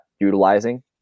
utilizing